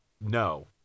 no